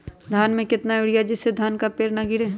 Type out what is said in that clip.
धान में कितना यूरिया दे जिससे धान का पेड़ ना गिरे?